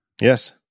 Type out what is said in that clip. Yes